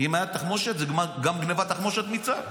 אם הייתה תחמושת זה גם גנבת תחמושת מצה"ל.